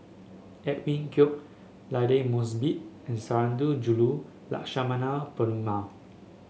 Edwin Koek Aidli Mosbit and Sundarajulu Lakshmana Perumal